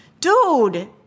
dude